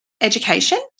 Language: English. education